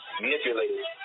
manipulated